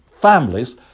families